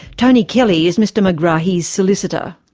tony kelly is mr megrahi's solicitor.